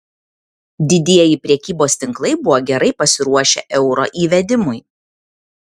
didieji prekybos tinklai buvo gerai pasiruošę euro įvedimui